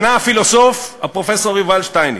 שנה הפילוסוף, הפרופסור יובל שטייניץ: